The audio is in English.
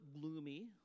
gloomy